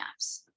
apps